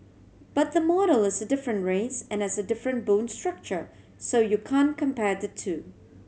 but the model is a different race and has a different bone structure so you can't compare the two